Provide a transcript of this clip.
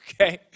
okay